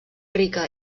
rica